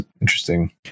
interesting